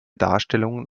darstellungen